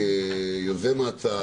כיוזם ההצעה,